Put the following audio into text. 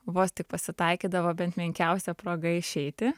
vos tik pasitaikydavo bent menkiausia proga išeiti